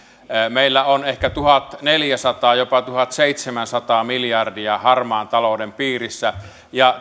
meillä on ehkä tuhatneljäsataa jopa tuhatseitsemänsataa miljardia harmaan talouden piirissä ja